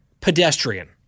pedestrian